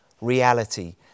reality